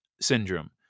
syndrome